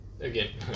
again